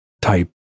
type